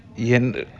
எந்த:endha